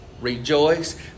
Rejoice